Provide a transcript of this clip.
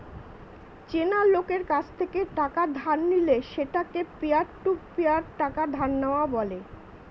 চেনা লোকের কাছ থেকে টাকা ধার নিলে সেটাকে পিয়ার টু পিয়ার টাকা ধার নেওয়া বলে